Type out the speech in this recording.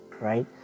right